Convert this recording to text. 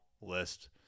list